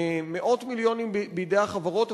מאות מיליונים בידי החברות,